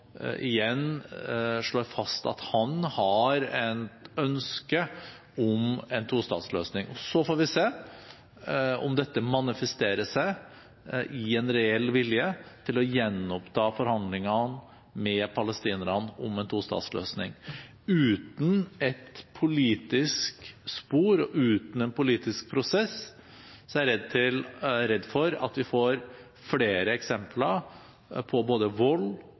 igjen slår fast at han har et ønske om en tostatsløsning. Så får vi se om dette manifesterer seg i en reell vilje til å gjenoppta forhandlingene med palestinerne om en tostatsløsning. Uten et politisk spor og uten en politisk prosess er jeg redd for at vi får flere eksempler på både vold